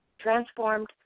Transformed